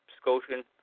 Scotian